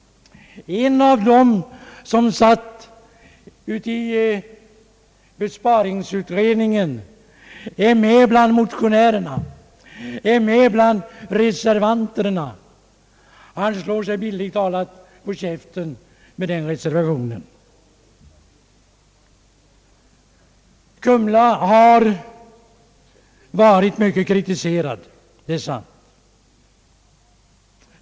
En av dem som satt i besparingsutredningen är med bland motionärerna och bland reservanterna. Han slår sig — bildligt talat — på käften med den reservationen! Kumlaanstalten har varit mycket kritiserad, det är sant.